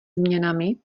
změnami